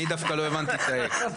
אני דווקא לא הבנתי את האקס.